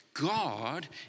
God